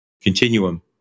continuum